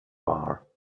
bar